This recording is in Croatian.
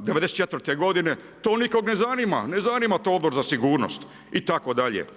'94. g. to nikoga ne zanima, ne zanima to Odbor za sigurnost, itd.